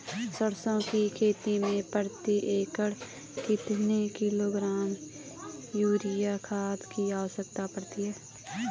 सरसों की खेती में प्रति एकड़ कितने किलोग्राम यूरिया खाद की आवश्यकता पड़ती है?